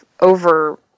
Over